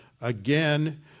again